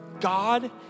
God